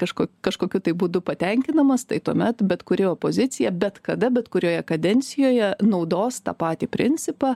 kažko kažkokiu tai būdu patenkinamas tai tuomet bet kuri opozicija bet kada bet kurioje kadencijoje naudos tą patį principą